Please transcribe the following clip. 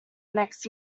next